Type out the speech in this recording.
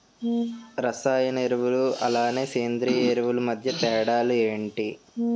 రసాయన ఎరువులు అలానే సేంద్రీయ ఎరువులు మధ్య తేడాలు ఏంటి?